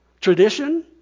Tradition